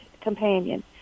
companion